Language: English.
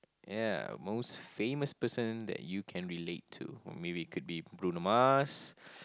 ya most famous person that you can relate to or maybe it could be Bruno Mars